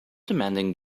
demanding